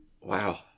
Wow